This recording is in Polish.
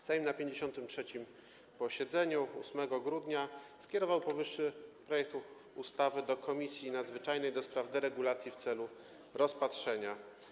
Sejm na 53. posiedzeniu w dniu 8 grudnia skierował powyższy projekt ustawy do Komisji Nadzwyczajnej do spraw deregulacji w celu rozpatrzenia.